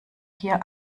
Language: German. hier